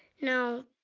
no,